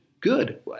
good